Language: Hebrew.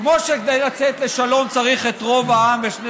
כמו שכדי לצאת לשלום צריך את רוב העם ושני